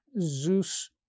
Zeus